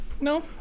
No